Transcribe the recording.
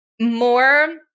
more